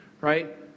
right